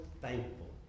thankful